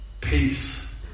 peace